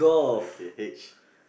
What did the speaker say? okay H